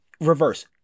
reverse